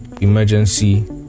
emergency